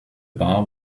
bar